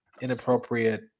inappropriate